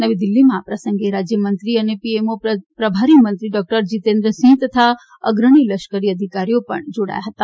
નવી દિલ્હીમાં આ પ્રસંગે રાજ્યમંત્રી અને પીએમઓ પ્રભારીમંત્રી ડોક્ટર જિતેન્દ્ર સિંઘ તથા અગ્રણી લશ્કરી અધિકારીઓ પણ તેમાં જોડાયા હતા